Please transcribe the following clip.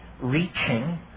reaching